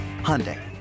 Hyundai